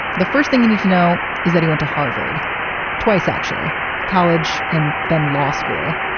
the first thing you need to know is that he went to harvard twice actually college and then law school.